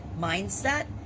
mindset